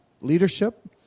leadership